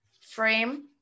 frame